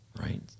right